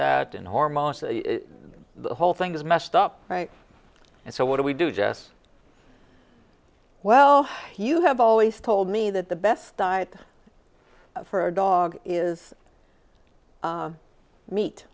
hormone the whole thing is messed up right and so what do we do jess well you have always told me that the best diet for a dog is meat